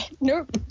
nope